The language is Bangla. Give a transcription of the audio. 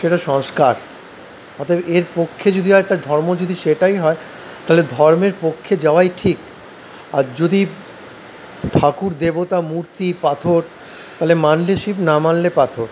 সেটা সংস্কার অতএব এর পক্ষে যদি হয় তার ধর্ম যদি সেটাই হয় তাহলে ধর্মের পক্ষে যাওয়াই ঠিক আর যদি ঠাকুর দেবতা মূর্তি পাথর তাহলে মানলে শিব না মানলে পাথর